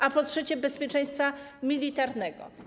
A po trzecie, bezpieczeństwa militarnego.